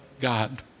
God